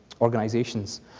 organizations